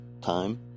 time